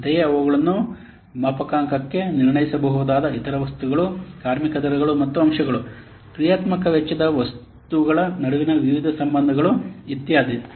ಅಂತೆಯೇ ಅವುಗಳನ್ನು ಮಾಪನಾಂಕಕ್ಕೆ ನಿರ್ಣಯಿಸಬಹುದಾದ ಇತರ ವಸ್ತುಗಳು ಕಾರ್ಮಿಕ ದರಗಳು ಮತ್ತು ಅಂಶಗಳು ಕ್ರಿಯಾತ್ಮಕ ವೆಚ್ಚದ ವಸ್ತುಗಳ ನಡುವಿನ ವಿವಿಧ ಸಂಬಂಧಗಳು ಇತ್ಯಾದಿ